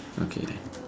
okay